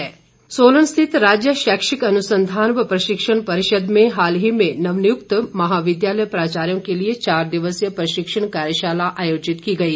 प्रशिक्षण शिविर सोलन स्थित राज्य शैक्षिक अनुसंधान व प्रशिक्षण परिषद में हाल ही में नवनियुक्त महाविद्यालय प्रचार्यों के लिए चार दिवसीय प्रशिक्षण कार्यशाला आयोजित की गई